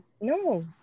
No